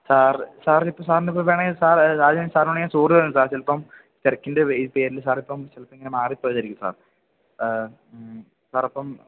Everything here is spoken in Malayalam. സാർ സാറിനിപ്പോള് സാറിനിപ്പോള് വേണമെങ്കില് സാർ ആദ്യം സാറിനോട് ഞാൻ സോറി പറയാം ചിലപ്പോള് തിരക്കിൻ്റെ പേരില് സാര് അപ്പോള് ചിലപ്പോള് ഇങ്ങനെ മാറി പോയതായിരിക്കും സാർ സാര് അപ്പം